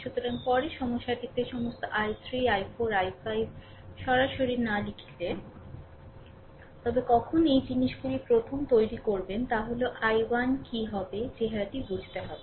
সুতরাং পরে সমস্যাটিতে সমস্ত i3 i4 i5 সরাসরি না লিখেছিলেন তবে কখন এই জিনিসগুলি প্রথম তৈরি করবেন তা হল i1 কী হবে চেহারাটি বুঝতে হবে